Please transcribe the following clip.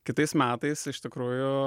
kitais metais iš tikrųjų